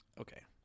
Okay